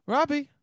Robbie